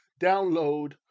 download